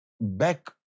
back